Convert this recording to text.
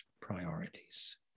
priorities